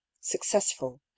successful